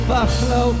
Buffalo